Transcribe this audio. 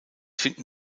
finden